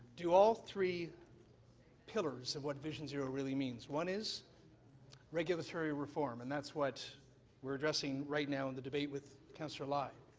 do all three pillars of what vision zero really means. one is regulatory reform and that's what we're addressing right now in the debate with councillor lai.